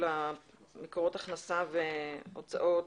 של מקורות ההכנסה והוצאות.